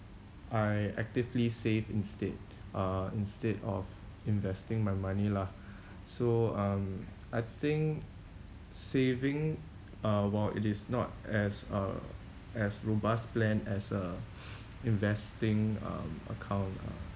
I actively save instead uh instead of investing my money lah so um I think saving uh while it is not as uh as robust plan as a investing um account uh